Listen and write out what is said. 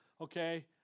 okay